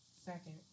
Second